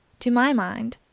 to my mind,